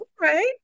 Right